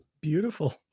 beautiful